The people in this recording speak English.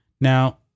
Now